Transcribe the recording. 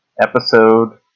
episode